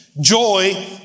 joy